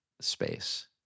space